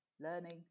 learning